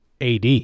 AD